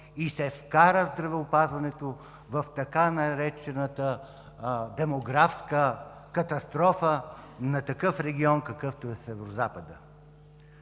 и здравеопазването се вкара в така наречената демографска катастрофа на такъв регион, какъвто е Северозападът.